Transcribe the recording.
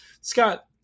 Scott